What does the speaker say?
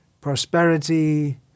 prosperity